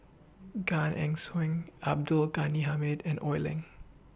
Gan Eng Swim Abdul Ghani Hamid and Oi Lin